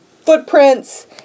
footprints